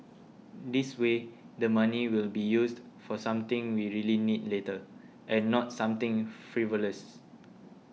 this way the money will be used for something we really need later and not something frivolous